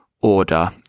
order